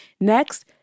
Next